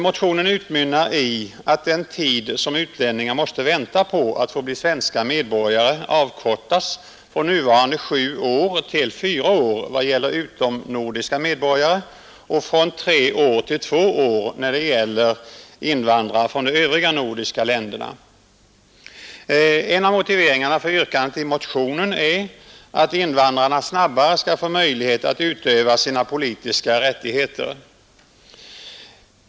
Motionen utmynnar i att den tid som utlänningar måste vänta på att få bli svenska medborgare bör avkortas från nuvarande sju år till fyra år vad gäller utomnordiska medborgare och från tre år till två år när det gäller invandrare från de övriga nordiska länderna. En av motiveringarna för yrkandet i motionen är att invandrarna snabbare skall få möjlighet att utöva sina politiska rättigheter.